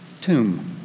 tomb